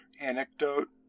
anecdote